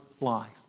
life